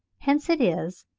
hence it is,